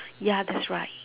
ya that's right